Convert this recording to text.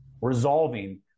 resolving